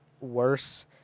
Worse